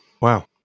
Wow